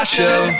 Show